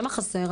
למה חסר?